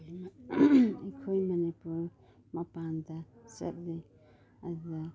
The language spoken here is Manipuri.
ꯑꯩꯈꯣꯏ ꯃꯅꯤꯄꯨꯔ ꯃꯄꯥꯟꯗ ꯆꯠꯂꯤ ꯑꯗꯨꯒ